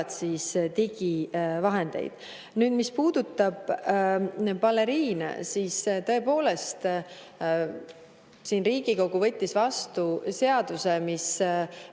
digivahenditest. Mis puudutab baleriine, siis tõepoolest Riigikogu võttis vastu seaduse, mis